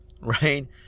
Right